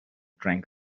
drank